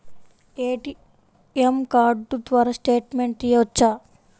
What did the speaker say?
ATM card ద్వారా statement తీయవచ్చా?